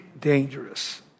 dangerous